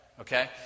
okay